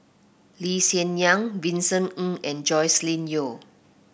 Lee Hsien Yang Vincent Ng and Joscelin Yeo